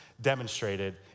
demonstrated